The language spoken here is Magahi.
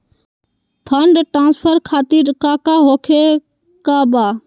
फंड ट्रांसफर खातिर काका होखे का बा?